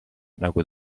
nagu